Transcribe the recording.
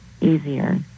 easier